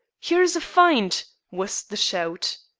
here's a find! was the shout.